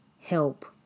Help